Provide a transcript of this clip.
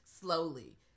slowly